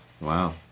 wow